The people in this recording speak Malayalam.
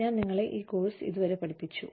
ഞാൻ നിങ്ങളെ ഈ കോഴ്സ് ഇതുവരെ പഠിപ്പിച്ചു